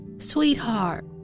Sweetheart